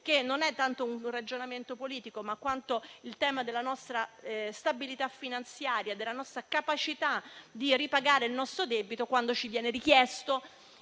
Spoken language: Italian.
non tanto per un ragionamento politico, quanto sul tema della nostra stabilità finanziaria e della nostra capacità di ripagare il nostro debito quando ci verrà richiesto,